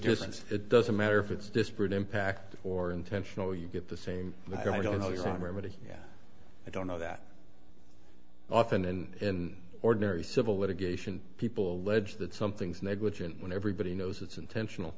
difference it doesn't matter if it's disparate impact or intentional you get the same i don't know what remedy i don't know that often in ordinary civil litigation people ledge that something's negligent when everybody knows it's intentional